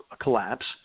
collapse